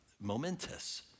momentous